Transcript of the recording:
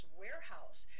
warehouse